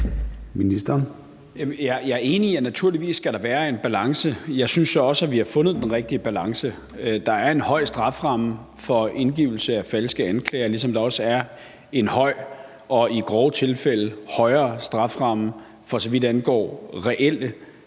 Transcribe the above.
Jeg er enig i, at der naturligvis skal være en balance. Jeg synes så også, at vi har fundet den rigtige balance. Der er en høj strafferamme for indgivelse af falske anklager, ligesom der også er en høj og i grove tilfælde højere strafferamme, for så vidt angår reelle